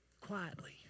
quietly